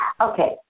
Okay